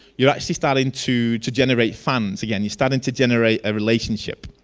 you actually starting to to generate funds again, you starting to generate a relationship.